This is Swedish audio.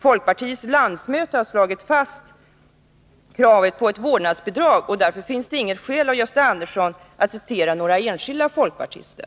Folkpartiets landsmöte har slagit fast kravet på ett vårdnadsbidrag. Därför finns det inget skäl för Gösta Andersson att citera några enskilda folkpartister.